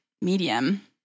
medium